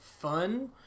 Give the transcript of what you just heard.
fun